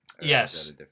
Yes